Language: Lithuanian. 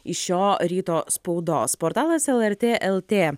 iš šio ryto spaudos portalas lrt lt